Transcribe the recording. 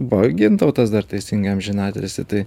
buvo gintautas dar teisingai amžinatilsį tai